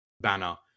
banner